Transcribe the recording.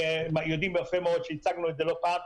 יודעים יפה מאוד שהצגנו את זה לא פעם,